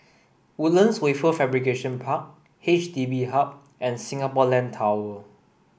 Woodlands Wafer Fabrication Park H D B Hub and Singapore Land Tower